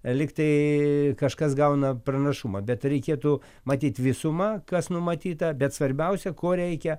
lyg tai kažkas gauna pranašumą bet reikėtų matyt visumą kas numatyta bet svarbiausia ko reikia